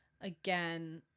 again